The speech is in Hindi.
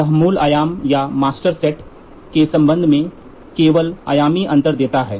यह मूल आयाम या मास्टर सेट के संबंध में केवल आयामी अंतर देता है